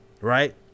Right